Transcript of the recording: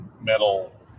metal